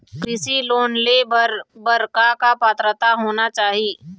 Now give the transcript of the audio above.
कृषि लोन ले बर बर का का पात्रता होना चाही?